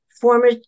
former